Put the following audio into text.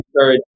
encourage